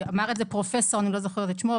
אמר את זה פרופ' שאני לא זוכרת את שמו,